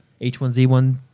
H1Z1